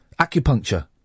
Acupuncture